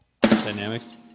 Dynamics